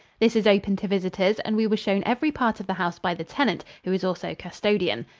this is open to visitors and we were shown every part of the house by the tenant, who is also custodian.